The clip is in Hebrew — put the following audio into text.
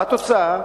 והתוצאה,